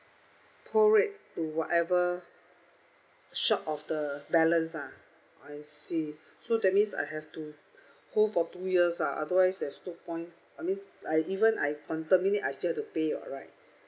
prorate to whatever short of the balance ah I see so that means I have to hold for two years ah otherwise there's no point I mean I even I con~ terminate I still have to pay what right